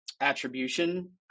attribution